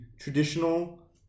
traditional